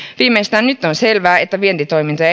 viimeistään nyt on selvää että vientitoimintoja